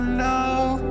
love